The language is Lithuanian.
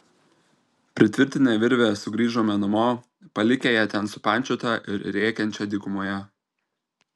pritvirtinę virvę sugrįžome namo palikę ją ten supančiotą ir rėkiančią dykumoje